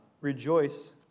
rejoice